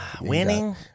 Winning